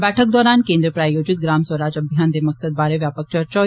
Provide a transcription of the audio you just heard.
बैठक दौरान केन्द्र प्रायोजित ग्राम स्वराज अभियान दे मकसद बारै व्यापक चर्चा होई